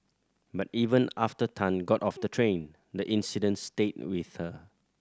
but even after Tan got off the train the incident stayed with her